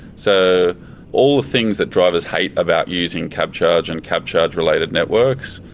so all the things that drivers hate about using cabcharge and cabcharge related networks,